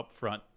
upfront